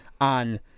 on